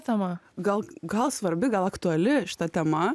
tema gal gal svarbi gal aktuali šita tema